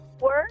work